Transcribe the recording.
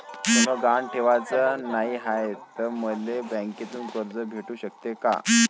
सोनं गहान ठेवाच नाही हाय, त मले बँकेतून कर्ज भेटू शकते का?